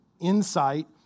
insight